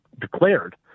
declared